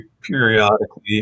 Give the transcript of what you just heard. periodically